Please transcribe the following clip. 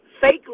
fake